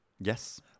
Yes